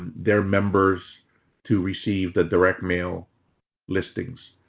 their members to receive the direct mail listings.